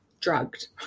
drugged